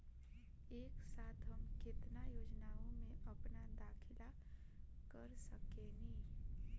एक साथ हम केतना योजनाओ में अपना दाखिला कर सकेनी?